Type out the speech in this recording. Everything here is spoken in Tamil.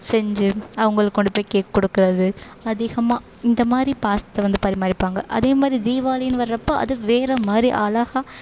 செஞ்சு அவங்களுக்கு கொண்டு போய் கேக் கொடுக்கறது அதிகமாக இந்த மாதிரி பாசத்தை வந்து பரிமாறிப்பாங்க அதே மாதிரி தீபாளினு வர்றப்ப அது வேறே மாதிரி அழகா